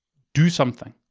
do something.